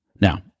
Now